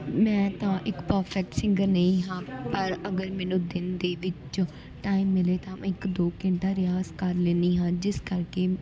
ਮੈਂ ਤਾਂ ਇੱਕ ਪਰਫੈਕਟ ਸਿੰਗਰ ਨਹੀਂ ਹਾਂ ਪਰ ਅਗਰ ਮੈਨੂੰ ਦਿਨ ਦੇ ਵਿੱਚੋਂ ਟਾਈਮ ਮਿਲੇ ਤਾਂ ਮੈਂ ਇੱਕ ਦੋ ਘੰਟਾ ਰਿਆਜ਼ ਕਰ ਲੈਦੀ ਹਾਂ ਜਿਸ ਕਰਕੇ